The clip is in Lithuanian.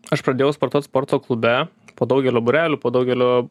aš pradėjau sportuot sporto klube po daugelio būrelių po daugelio